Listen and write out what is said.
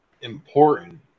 important